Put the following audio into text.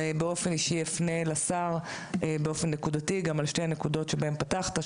אני באופן אישי אפנה לשר באופן נקודתי על שתי נקודות שבהם פתחת,